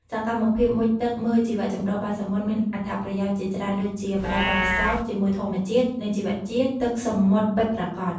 សកម្មភាពមុជទឹកមើលជីវៈចម្រុះបាតសមុទ្រមានអត្ថប្រយោជន៍ជាច្រើនដូចជាផ្តល់បទពិសោធន៍ជាមួយធម្មជាតិ និងជីវៈជាតិទឹកសមុទ្រពិតប្រាកដ។